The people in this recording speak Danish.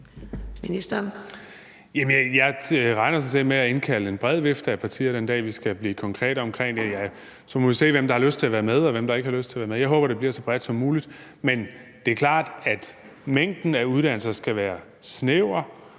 Jeg regner sådan set med at indkalde en bred vifte af partier, den dag vi skal blive konkrete omkring det, og så må vi se, hvem der har lyst til at være med, og hvem der ikke har lyst til at være med. Jeg håber, det bliver så bredt som muligt. Men det er klart, at mængden af uddannelser skal være snæver,